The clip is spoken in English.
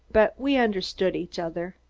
but we understood each other.